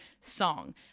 song